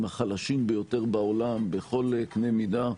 החלשים ביותר בעולם בכל קנה מידה,